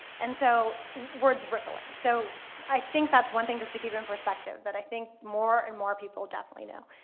and so word is rippling. so i think that's one thing just to keep in perspective that i think more and more people definitely know.